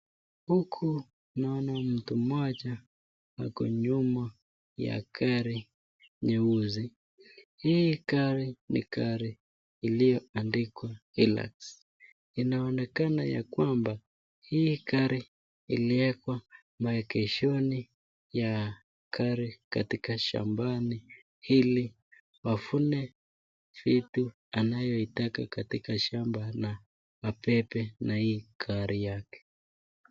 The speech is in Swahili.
Huku naona mtu moja ako nyuma ya gari nyeusi. Hii gari ni gari iliyoandikwa Hilux . Inaonekana ya kwamba hii gari iliwekwa maengeshoni, ya gari katika shambani ili wavune vitu anayoitaka katika shamba na abembe na hii gari yake.